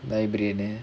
library